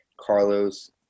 Carlos